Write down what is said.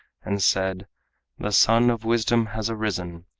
and said the sun of wisdom has arisen.